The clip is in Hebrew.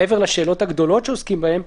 מעבר לשאלות הגדולים שעוסקים בהן.